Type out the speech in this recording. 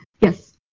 Yes